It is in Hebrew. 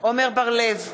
עמר בר-לב,